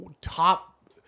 top